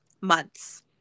months